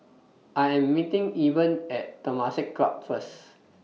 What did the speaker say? I Am meeting Eben At Temasek Club First